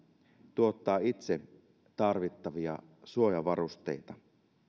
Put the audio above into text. tuottaa itse kansakuntana tarvittavia suojavarusteita